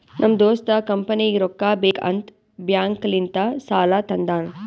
ನಮ್ ದೋಸ್ತ ಕಂಪನಿಗ್ ರೊಕ್ಕಾ ಬೇಕ್ ಅಂತ್ ಬ್ಯಾಂಕ್ ಲಿಂತ ಸಾಲಾ ತಂದಾನ್